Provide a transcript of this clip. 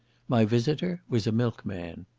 my visitor was a milkman.